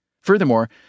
Furthermore